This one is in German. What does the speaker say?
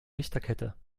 lichterkette